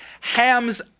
hams